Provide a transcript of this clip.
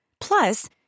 Plus